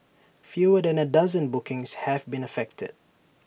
fewer than A dozen bookings have been affected